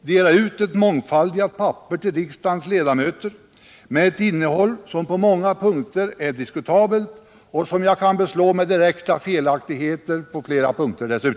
dela ut ett mångfaldigat papper till riksdagens ledamöter med ett innehåll som på många punkter är diskutabelt och som jag dessutom kan beslå med direkta felaktigheter på flera punkter.